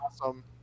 awesome